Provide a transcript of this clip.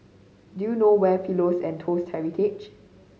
do you know where is Pillows and Toast Heritage